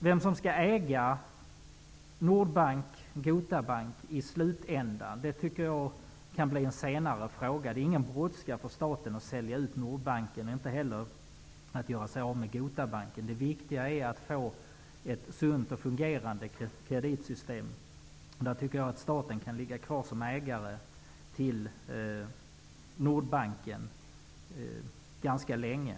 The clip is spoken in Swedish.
Vem som skall äga Nordbanken och Gota Bank i slutändan tycker jag kan bli en senare fråga. Det är ingen brådska för staten att sälja ut Nordbanken eller att göra sig av med Gota Bank. Det viktiga är att få ett sunt och fungerande kreditsystem. Staten kan ligga kvar som ägare till Nordbanken ganska länge.